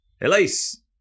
Elise